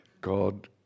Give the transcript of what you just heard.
god